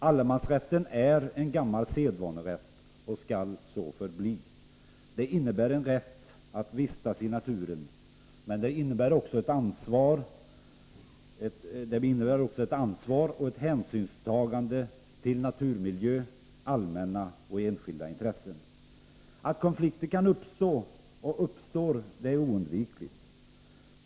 Allemansrätten är en gammal sedvanerätt och skall så förbli. Den innebär en rätt att vistas i naturen, men den innebär också ett ansvar och ett hänsynstagande till naturmiljö, allmänna och enskilda intressen. Att konflikter kan uppstå och uppstår är oundvikligt.